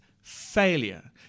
failure